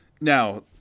Now